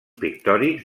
pictòrics